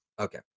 Okay